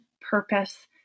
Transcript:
purpose